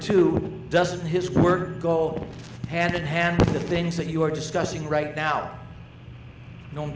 two doesn't his work go hand in hand with the things that you're discussing right now no